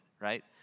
right